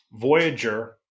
voyager